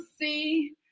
see